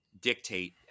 dictate